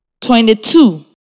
Twenty-two